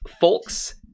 folks